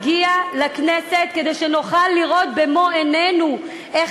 הגיעה לכנסת כדי שנוכל לראות במו-עינינו איך